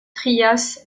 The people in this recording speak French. trias